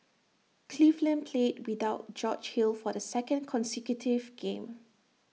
cleveland played without George hill for the second consecutive game